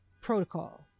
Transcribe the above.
protocol